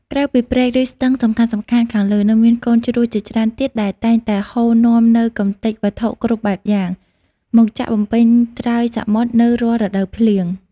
ក្រៅពីព្រែក ឬស្ទឹងសំខាន់ៗខាងលើ នៅមានកូនជ្រោះជាច្រើនទៀតដែលតែងតែហូរនាំនូវកំទេចវត្ថុគ្រប់បែបយ៉ាង មកចាក់បំពេញត្រើយសមុទ្រនៅរាល់រដូវភ្លៀង។